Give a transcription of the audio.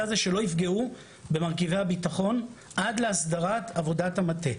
הזה שלא יפגעו במרכיבי הביטחון עד להסדרת עבודת המטה.